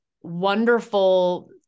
wonderful